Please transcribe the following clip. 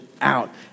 out